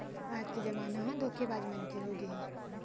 आज के जमाना ह धोखेबाज मन के होगे हे